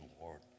Lord